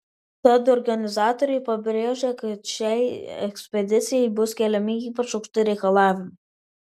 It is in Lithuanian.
tad organizatoriai pabrėžia kad šiai ekspedicijai bus keliami ypač aukšti reikalavimai